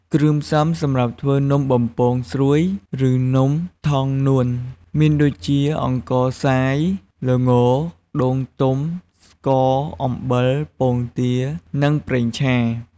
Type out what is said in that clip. គ្រឿងផ្សំសម្រាប់ធ្វើនំបំពង់ស្រួយ ឬនំថងនួនមានដូចជា អង្ករខ្សាយ ល្ង ដូងទុំ ស្ករ អំបិល ពងទា និងប្រេងឆា។